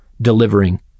delivering